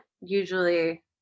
usually